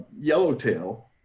Yellowtail